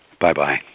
Bye-bye